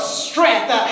strength